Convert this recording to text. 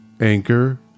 Anchor